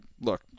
look